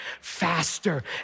faster